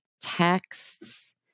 texts